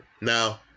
Now